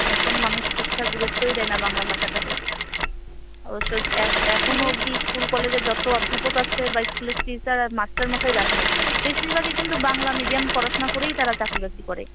এখন মানুষ ঠিকঠাক গুরুত্বই দেয় না বাংলা ভাষাটাকে অবশ্য এখনও অব্দি স্কুল কলেজে যতো অধ্যাপক আছে বা স্কুলের টিচার আর মাস্টারমশাইরা আছে বেশিরভাগই কিন্তু বাংলা মিডিয়াম পড়াশুনা করেই তারা চাকরি বাকরি করে